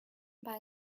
buy